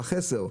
בחסר.